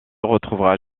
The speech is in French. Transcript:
retrouvera